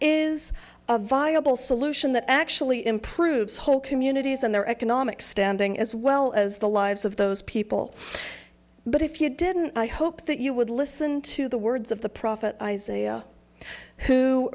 is a viable solution that actually improves whole communities and their economic standing as well as the lives of those people but if you didn't i hope that you would listen to the words of the prophet isaiah who